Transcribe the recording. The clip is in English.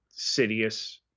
Sidious